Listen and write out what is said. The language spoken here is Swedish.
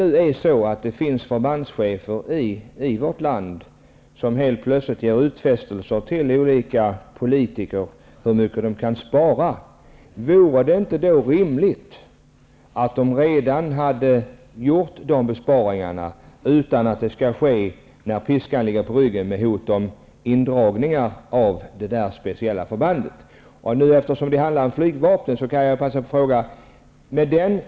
Om det nu finns förbandschefer i vårt land som helt plötsligt gör utfästelser till olika politiker om hur mycket de kan spara, vore det då inte rimligt att de redan hade gjort de besparingarna, utan piskan på ryggen, med hotet om indragningar? Eftersom det handlar om flygvapnet kan jag passa på att ställa en fråga.